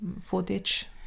footage